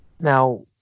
now